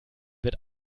wird